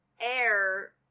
Air